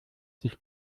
sich